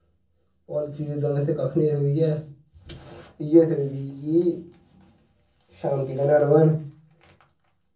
policy ते साढ़ै आस्तै कक्ख नी होई सकदी ऐ इ'यै होई सकदी कि शांति नै रौह्न